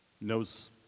knows